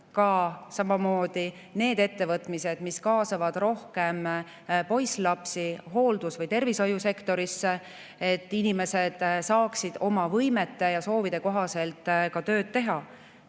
Samamoodi need ettevõtmised, mis kaasavad rohkem poisslapsi hooldus- või tervishoiusektoris, et inimesed saaksid oma võimete ja soovide kohaselt tööd teha.